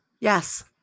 Yes